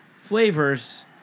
flavors